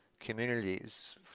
communities